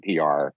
PR